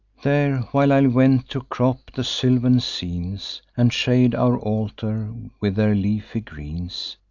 there, while i went to crop the sylvan scenes, and shade our altar with their leafy greens,